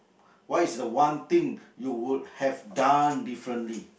what is the one thing you would have done differently